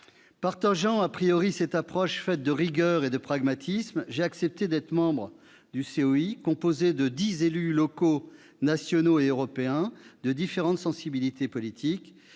Partageant cette approche faite de rigueur et de pragmatisme, j'ai accepté d'être membre du COI, composé de dix élus locaux, nationaux et européens de différentes sensibilités politiques,